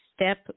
step